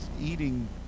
eating